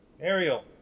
Ariel